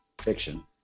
fiction